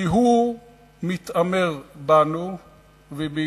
כי הוא מתעמר בנו ובילדינו,